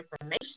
information